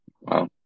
Wow